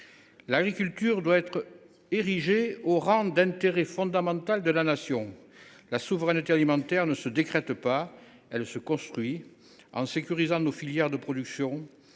L’agriculture doit être érigée au rang d’intérêt fondamental de la Nation. La souveraineté alimentaire ne se décrète pas : elle se construit en sécurisant nos filières de production,